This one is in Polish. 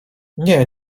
nie